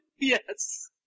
Yes